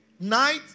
night